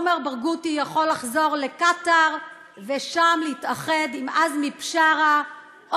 עומר ברגותי יכול לחזור לקטאר ושם להתאחד עם עזמי בשארה,